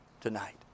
tonight